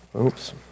Oops